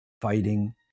fighting